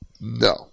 no